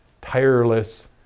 tireless